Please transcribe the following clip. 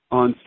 on